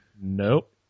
Nope